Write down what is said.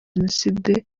jenoside